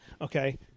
okay